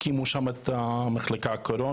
אני גם מכיר את הסבל של הסגר,